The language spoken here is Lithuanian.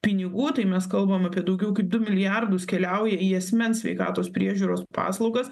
pinigų tai mes kalbam apie daugiau kaip du milijardus keliauja į asmens sveikatos priežiūros paslaugas